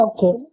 Okay